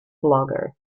blogger